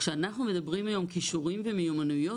כשאנחנו מדברים היום כישורים ומיומנויות